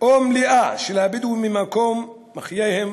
או מלאה, של הבדואים ממקום מחייתם